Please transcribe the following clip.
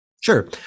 Sure